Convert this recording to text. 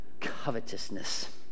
Covetousness